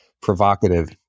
provocative